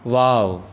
wow